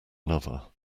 another